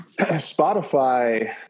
Spotify